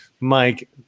mike